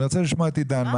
אני רוצה לשמוע את עידן,